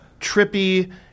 trippy